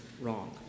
wrong